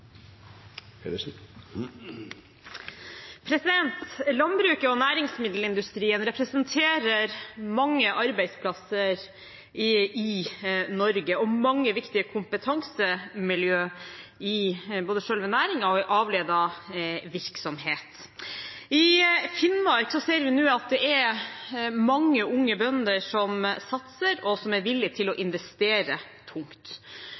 Landbruket og næringsmiddelindustrien representerer mange arbeidsplasser i Norge og mange viktige kompetansemiljø i både selve næringen og i avledet virksomhet. I Finnmark ser vi nå at det er mange unge bønder som satser, og som er villige til å investere tungt.